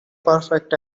perfect